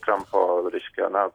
trampo reiškia na